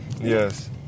Yes